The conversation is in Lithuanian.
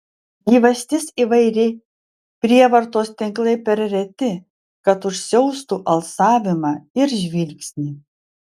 gyvastis įvairi prievartos tinklai per reti kad užsiaustų alsavimą ir žvilgsnį